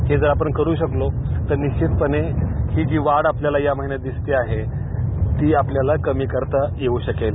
हे जर आपण करु शकलो तर निश्वितपणे ही जी वाढ आपल्याला या महिन्यात दिसते आहे ती आपल्याला कमी करता येऊ शकते